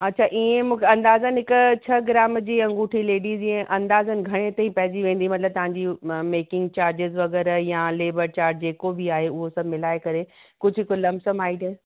अच्छा ईंअ अंदाजन हिक छह ग्राम जी अंगूठी लेडीज़ जीअं अंदाज़न घणे ताईं पइजी वेंदी मतिलब तव्हां मेकिंग चार्ज़िस वग़ैराह या लेबर चार्ज जेको बि आहे उहो सभु मिलाए करे कुझु लमसम आइडिया